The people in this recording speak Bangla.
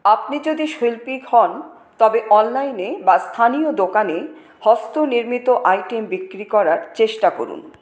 আপনি যদি শৈল্পিক হন তবে অনলাইনে বা স্থানীয় দোকানে হস্তনির্মিত আইটেম বিক্রি করার চেষ্টা করুন